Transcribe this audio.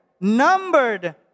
Numbered